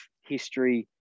history